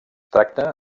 tracta